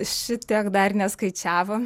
šitiek dar neskaičiavom